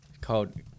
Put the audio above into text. called